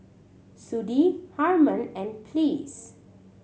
Sudie Harman and Ples